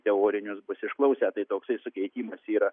teorinius bus išklausę tai toksai suteikimas yra